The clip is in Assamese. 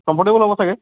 কম্ফৰটেবল হ'ব চাগে